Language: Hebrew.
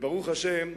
וברוך השם,